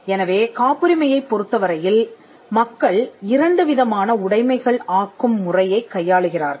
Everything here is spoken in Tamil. எனவே காப்புரிமையைப் பொறுத்த வரையில் மக்கள் இரண்டு விதமான உடைமைகள் ஆக்கும் முறையைக் கையாளுகிறார்கள்